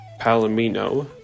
Palomino